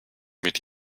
mit